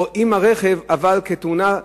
או עם הרכב אבל כתאונה בטיחותית,